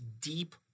deep